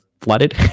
flooded